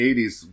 80s